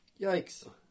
Yikes